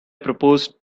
proposed